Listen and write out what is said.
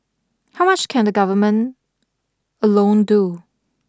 how much can the Government alone do